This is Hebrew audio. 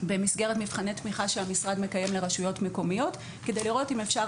במסגרת מבחני תמיכה שהמשרד מקיים לרשויות מקומיות כדי לראות אם אפשר